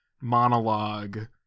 monologue